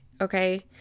okay